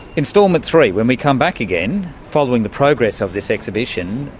instalment three, when we come back again, following the progress of this exhibition,